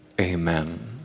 Amen